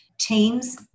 teams